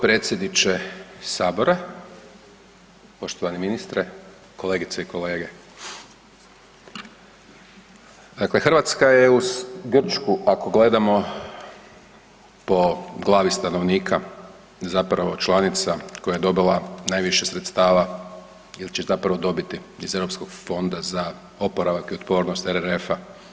Potpredsjedniče sabora, poštovani ministre, kolegice i kolege, dakle Hrvatska je uz Grčku ako gledamo po glavi stanovnika zapravo članica koja je dobila najviše sredstava ili će zapravo dobiti iz Europskog fonda za oporavak i otpornost RRF-a.